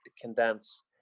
condense